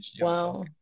wow